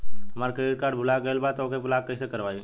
हमार credit card भुला गएल बा त ओके ब्लॉक कइसे करवाई?